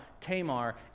Tamar